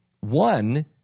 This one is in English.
One